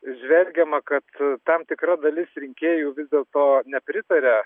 žvelgiama kad tam tikra dalis rinkėjų vis dėlto nepritaria